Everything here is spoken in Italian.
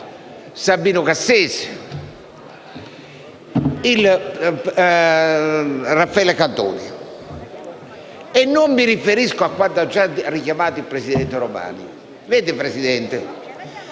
Sabino Cassese e da Raffaele Cantone. Non mi riferisco a quanto ha già richiamato il presidente Romani. Signor Presidente,